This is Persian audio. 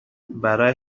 برای